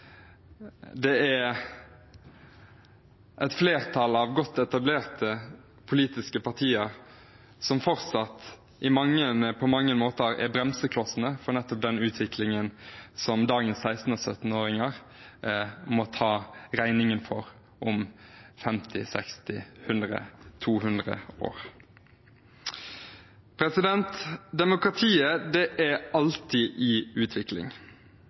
det er et flertall av godt etablerte politiske partier som fortsatt på mange måter er bremseklossene for nettopp den utviklingen som dagens 16- og 17-åringer må ta regningen for om 50, 60 – kanskje 100, 200 – år. Demokratiet er alltid i utvikling,